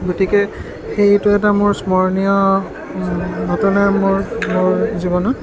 গতিকে সেইটো এটা মোৰ স্মৰণীয় ঘটনা মোৰ মোৰ জীৱনত